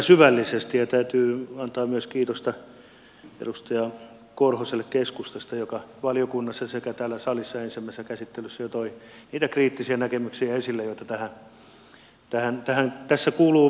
täytyy antaa myös kiitosta keskustan edustaja korhoselle joka valiokunnassa sekä täällä salissa ensimmäisessä käsittelyssä jo toi niitä kriittisiä näkemyksiä esille joita tässä kuuluu korostaakin